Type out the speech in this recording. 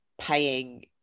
paying